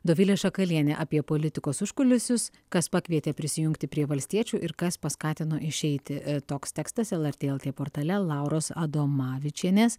dovilė šakalienė apie politikos užkulisius kas pakvietė prisijungti prie valstiečių ir kas paskatino išeiti toks tekstas lrt lt portale lauros adomavičienės